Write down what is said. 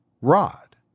Rod